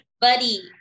buddy